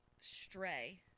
stray